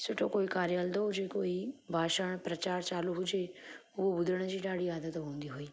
सुठो कोई कार्य हलंदो हुजे कोई भाषण प्रचार चालू हुजे उहो ॿुधण जी ॾाढी आदत हूंदी हुई